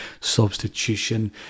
substitution